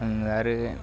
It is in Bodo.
आङो आरो